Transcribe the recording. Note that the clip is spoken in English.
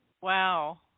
Wow